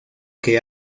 que